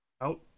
out